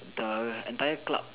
the entire club